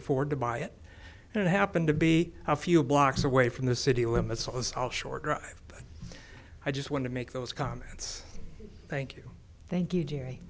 afford to buy it and it happened to be a few blocks away from the city limits on shore drive but i just want to make those comments thank you thank you